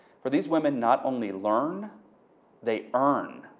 for these woman not only learn they earn.